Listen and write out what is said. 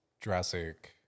Jurassic